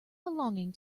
belonging